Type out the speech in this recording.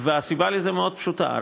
והסיבה לזה מאוד פשוטה.